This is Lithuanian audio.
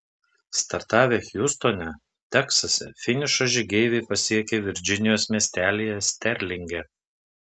startavę hjustone teksase finišą žygeiviai pasiekė virdžinijos miestelyje sterlinge